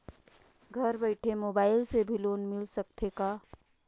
घर बइठे मोबाईल से भी लोन मिल सकथे का?